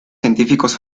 científicos